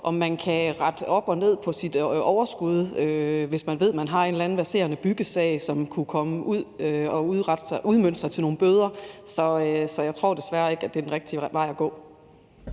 om man kan rette op og ned på sit overskud, hvis man ved, at man har en eller anden verserende byggesag, som kunne udmønte sig i nogle bøder. Så jeg tror desværre ikke, at det er den rigtige vej at gå.